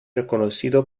reconocido